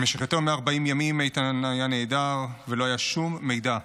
במשך יותר מ-40 ימים איתן היה נעדר ולא היה שום מידע.